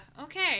Okay